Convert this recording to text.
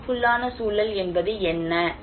பாதிப்புக்குள்ளான சூழல் என்பது என்ன